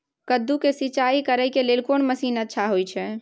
कद्दू के सिंचाई करे के लेल कोन मसीन अच्छा होय है?